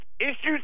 issues